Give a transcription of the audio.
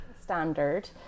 Standard